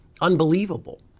unbelievable